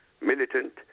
militant